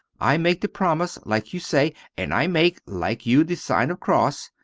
i make the promise like you say, and i make like you the sign of cross,